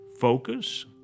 Focus